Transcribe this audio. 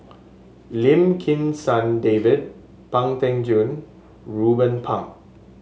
Lim Kim San David Pang Teck Joon and Ruben Pang